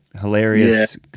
Hilarious